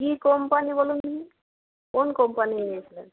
কী company বলুন দেখিনি কোন কোম্পানি নিয়েছিলেন